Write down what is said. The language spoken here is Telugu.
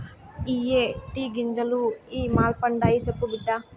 ఇయ్యే టీ గింజలు ఇ మల్పండాయి, సెప్పు బిడ్డా